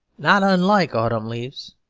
not unlike autumn leaves,